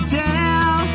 tell